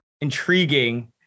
intriguing